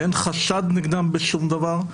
ואין חשד נגדם בשום דבר.